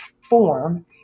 form